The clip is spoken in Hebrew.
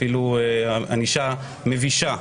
אפילו ענישה מבישה,